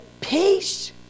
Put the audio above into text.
peace